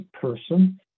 person